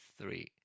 three